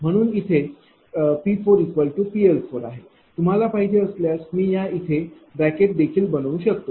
म्हणूनच येथे PPL आहे तुम्हाला पाहिजे असल्यास मी या इथे ब्रॅकेट देखील बनवू शकतो